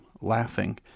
laughing